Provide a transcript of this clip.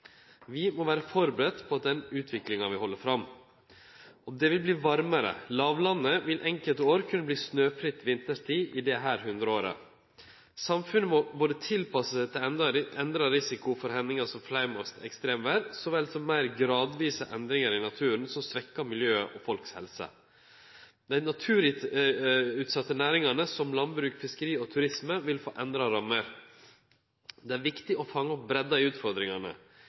Vi må vere førebudde på at den utviklinga vil halde fram. Det vil verte varmare. Låglandet vil nokre år kunne verte snøfrie vinterstid i dette hundreåret. Samfunnet må tilpasse seg ein endra risiko for hendingar som flaum og ekstremvêr, så vel som til meir gradvise endringar i naturen som svekkjer miljøet og folk si helse. Dei naturutsette næringane, som landbruk, fiskeri og turisme, vil få endra rammer. Det er viktig å fange opp breidda i utfordringane.